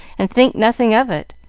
and think nothing of it.